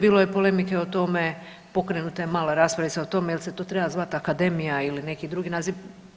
Bilo je polemike o tome, pokrenuta je mala raspravica o tome jel se to treba zvat akademija ili neki drugi naziv.